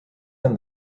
than